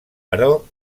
però